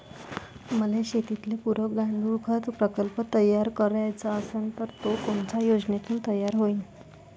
मले शेतीले पुरक गांडूळखत प्रकल्प तयार करायचा असन तर तो कोनच्या योजनेतून तयार होईन?